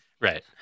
Right